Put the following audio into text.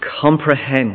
comprehend